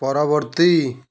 ପରବର୍ତ୍ତୀ